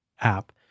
app